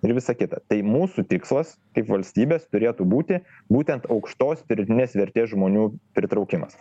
ir visa kita tai mūsų tikslas kaip valstybės turėtų būti būtent aukštos pridėtinės vertės žmonių pritraukimas